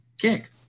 kick